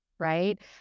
Right